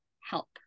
help